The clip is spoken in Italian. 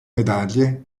medaglie